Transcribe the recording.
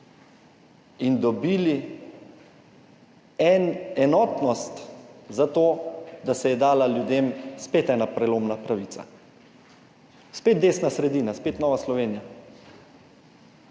in dobili en enotnost za to, da se je dala ljudem spet ena prelomna pravica. Spet desna sredina, spet Nova Slovenija.